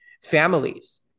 families